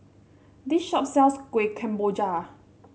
this shop sells Kuih Kemboja